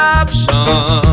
option